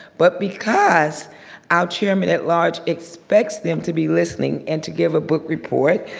but because our chairman at large expects them to be listening and to give a book report,